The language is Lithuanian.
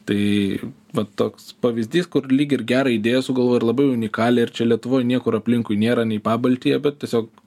tai vat toks pavyzdys kur lyg ir gerą idėją sugalvojo ir labai unikalią ir čia lietuvoj niekur aplinkui nėra nei pabaltije bet tiesiog